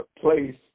place